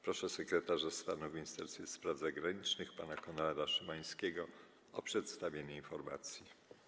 Proszę sekretarza stanu w Ministerstwie Spraw Zagranicznych pana Konrada Szymańskiego o przedstawienie informacji.